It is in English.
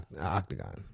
octagon